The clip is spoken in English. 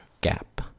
gap